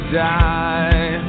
die